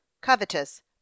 covetous